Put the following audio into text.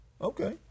Okay